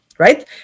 Right